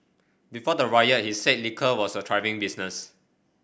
before the riot he said liquor was a thriving business